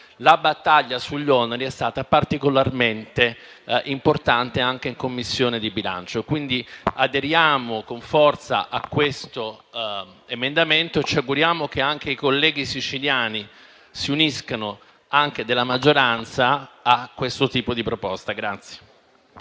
la battaglia sugli oneri è stata particolarmente importante, anche in Commissione bilancio. Quindi, aderiamo con forza a questo emendamento e ci auguriamo che anche i colleghi siciliani della maggioranza si uniscano a questo tipo di proposta.